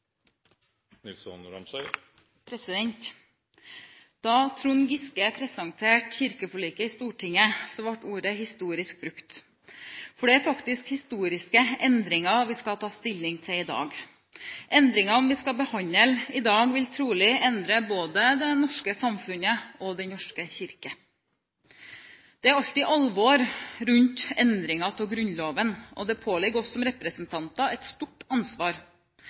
Da Trond Giske presenterte kirkeforliket i Stortinget, ble ordet «historisk» brukt. For det er faktisk historiske endringer vi skal ta stilling til i dag. Endringene vi skal behandle i dag, vil trolig endre både det norske samfunnet og Den norske kirke. Det er alltid alvor rundt endringer i Grunnloven, og det påligger oss som representanter et stort ansvar.